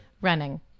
Running